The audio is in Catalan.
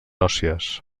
òssies